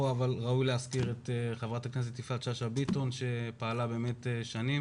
ראוי להזכיר את חברת הכנסת יפעת שאשא ביטון שפעלה שנים